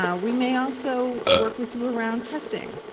yeah we may also work with you around testing.